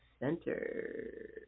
Center